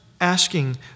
asking